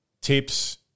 tips